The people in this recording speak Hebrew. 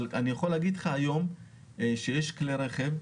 אבל אני יכול להגיד לך שהיום יש כלי רכב,